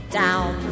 down